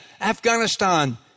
Afghanistan